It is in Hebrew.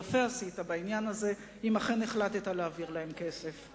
יפה עשית בעניין הזה אם אכן החלטת להעביר להם כסף.